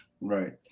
right